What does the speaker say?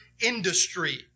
industry